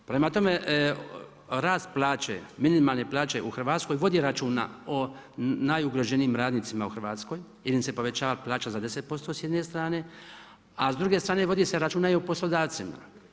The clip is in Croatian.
Prema tome, rast minimalne plaće u Hrvatskoj vodi računa o najugroženijim radnicima u Hrvatskoj jer im se povećava plaća za 10% s jedne strane a druge strane vodi se računa i o poslodavcima.